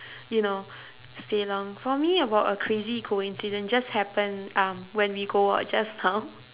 you know stay long for me about a crazy coincidence just happened um when we go out just now